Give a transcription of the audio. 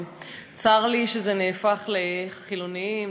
צר לי שזה נהפך לחילונים נגד,